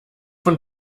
von